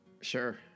Sure